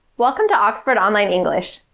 welcome to oxford online english!